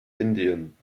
indien